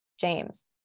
James